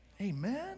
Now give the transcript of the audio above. Amen